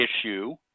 issue